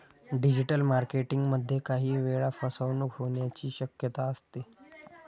digital marketing मध्ये काही वेळा फसवणूक होण्याची शक्यता असते